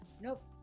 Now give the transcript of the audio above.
Nope